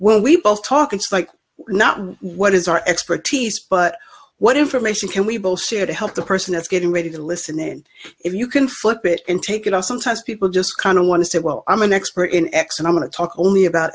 well we both talk it's like not what is our expertise but what information can we both share to help the person that's getting ready to listen in if you can flip it in take it out sometimes people just kind of want to say well i'm an expert in x and i want to talk only about